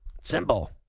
Simple